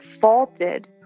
faulted